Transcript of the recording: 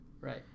Right